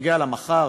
שנוגע למחר,